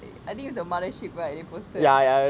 I think the mothership right they posted